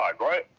right